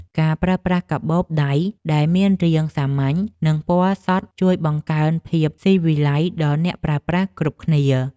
ការប្រើប្រាស់កាបូបដៃដែលមានរាងសាមញ្ញ និងពណ៌សុទ្ធជួយបង្កើនភាពស៊ីវិល័យដល់អ្នកប្រើប្រាស់គ្រប់គ្នា។